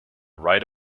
write